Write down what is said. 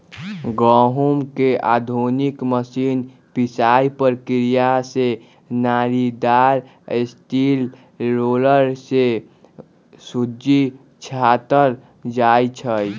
गहुँम के आधुनिक मशीन पिसाइ प्रक्रिया से नालिदार स्टील रोलर से सुज्जी छाटल जाइ छइ